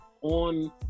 on